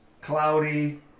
cloudy